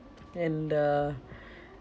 and uh